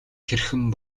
хэрхэн